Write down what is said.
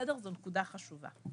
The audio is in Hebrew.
זו נקודה חשובה.